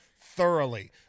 thoroughly